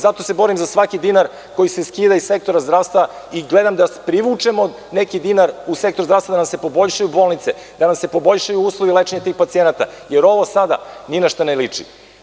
Zato se borim za svaki dinar koji se skida iz sektora zdravstva i gledam da privučemo neki dinar u sektor zdravstva, da nam se poboljšaju bolnice, da nam se poboljšaju uslovi lečenja pacijenata, jer ovo sada ni na šta ne liči.